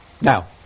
Now